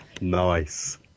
nice